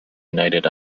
united